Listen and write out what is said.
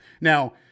Now